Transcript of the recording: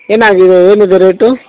ಏನಾಗಿದೆ ಏನಿದೆ ರೇಟು